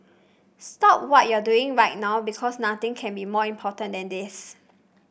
stop what you're doing right now because nothing can be more important than this